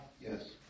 Yes